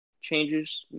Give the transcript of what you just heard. changes